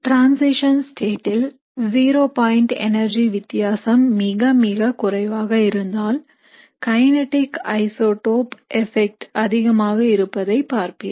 transition state ல் zero point energy வித்தியாசம் மிக மிக குறைவாக இருந்தால் கைநீட்டிக் ஐசோடோப் எபெக்ட் அதிகமாக இருப்பதைப் பார்ப்பீர்கள்